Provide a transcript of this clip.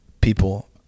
people